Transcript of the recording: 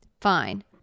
Fine